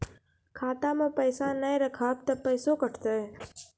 खाता मे पैसा ने रखब ते पैसों कटते?